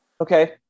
Okay